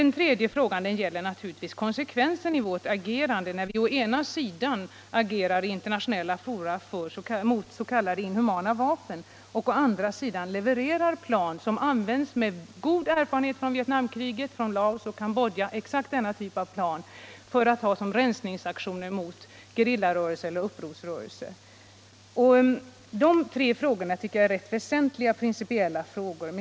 Den tredje frågan gäller konsekvensen i vårt agerande, när vi å ena sidan agerar i internationella fora mot s.k. inhumana vapen och å andra sidan levererar exakt samma typ av flygplan som skall utrustas med sådana ihumana vapen. Denna typ av plan och vapen användes i Vietnamkriget, Laos och Cambodja för att sättas in i rensningsaktioner mot gerillarörelser eller upprorsrörelser. Dessa tre frågor tycker jag är rätt väsentliga principiella frågor.